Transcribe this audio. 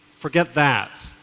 forget that,